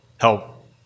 help